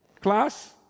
Class